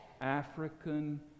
African